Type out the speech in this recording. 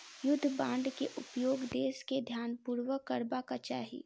युद्ध बांड के उपयोग देस के ध्यानपूर्वक करबाक चाही